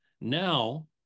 Now